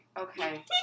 Okay